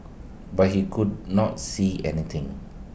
but he could not see anything